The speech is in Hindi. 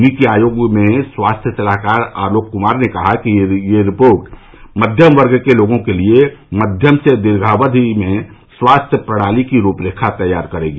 नीति आयोग में स्वास्थ्य सलाहकार आलोक कमार ने कहा कि यह रिपोर्ट मध्यम वर्ग के लोगों के लिए मध्यम से दीर्घावधि में स्वास्थ्य प्रणाली की रूपरेखा तैयार करेगी